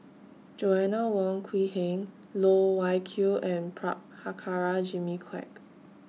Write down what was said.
Joanna Wong Quee Heng Loh Wai Kiew and Prabhakara Jimmy Quek